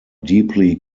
deeply